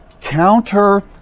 counter